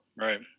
Right